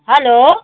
hello